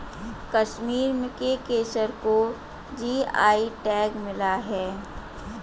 कश्मीर के केसर को जी.आई टैग मिला है